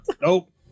nope